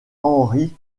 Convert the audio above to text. henry